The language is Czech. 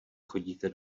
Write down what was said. chodíte